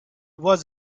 was